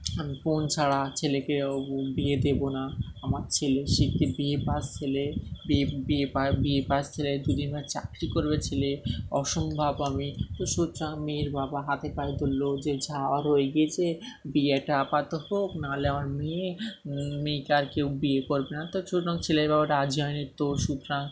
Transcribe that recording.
আমি পণ ছাড়া ছেলেকে বিয়ে দেবো না আমার ছেলে শিক্ষিত বি এ পাস ছেলে বি এ বি এ পা বি এ পাস ছেলে দুদিন পর চাকরি করবে ছেলে অসম্ভব আমি তো সুতরাং মেয়ের বাবা হাতে পায়ে ধরলো যে যা হওয়ার হয়ে গিয়েছে বিয়েটা আপাতত হোক নাহলে আমার মেয়ে মেয়েকে আর কেউ বিয়ে করবে না তো সুতরাং ছেলের বাবা রাজি হয়নি তো সুতরাং